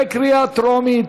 בקריאה טרומית.